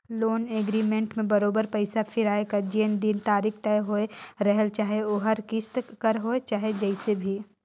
loan agreement में बरोबेर पइसा फिराए कर जेन दिन तारीख तय होए रहेल चाहे ओहर किस्त कर होए चाहे जइसे भी